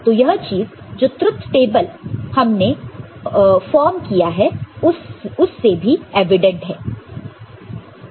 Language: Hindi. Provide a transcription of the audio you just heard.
तो यह चीज जो ट्रुथ टेबल हमने फोन किया है उससे भी एवीडेंट है